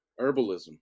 herbalism